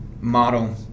model